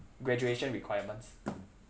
graduation requirements